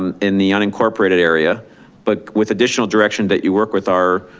and in the unincorporated area but with additional direction that you work with our